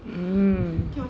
mm